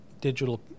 digital